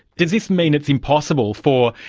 does this mean it's impossible for,